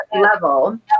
level